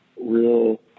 real